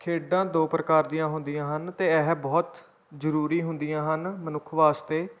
ਖੇਡਾਂ ਦੋ ਪ੍ਰਕਾਰ ਦੀਆਂ ਹੁੰਦੀਆਂ ਹਨ ਅਤੇ ਇਹ ਬਹੁਤ ਜ਼ਰੂਰੀ ਹੁੰਦੀਆਂ ਹਨ ਮਨੁੱਖ ਵਾਸਤੇ